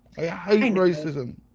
i hate racism.